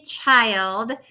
child